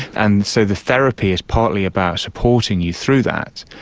and so the therapy is partly about supporting you through that.